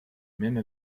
même